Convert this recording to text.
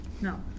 No